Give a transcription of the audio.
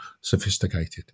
sophisticated